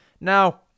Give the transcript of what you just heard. Now